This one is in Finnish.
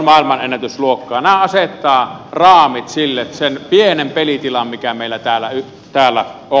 nämä asettavat raamit sille sen pienen pelitilan mikä meillä täällä on